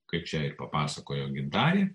kaip čia ir papasakojo gintarė